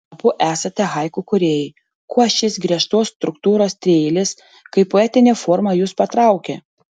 abu esate haiku kūrėjai kuo šis griežtos struktūros trieilis kaip poetinė forma jus patraukė